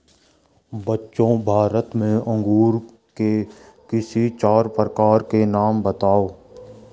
बच्चों भारत में अंगूर के किसी चार प्रकार के नाम बताओ?